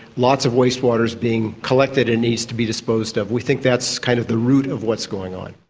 lots of waste water is being collected and needs to be disposed of. we think that's kind of the root of what's going on.